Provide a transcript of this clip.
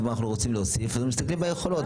ומה אנחנו רוצים להוסיף ומסתכלים ביכולות.